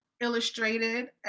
illustrated